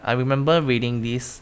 I remember reading this